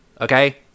Okay